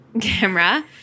camera